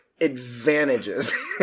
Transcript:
advantages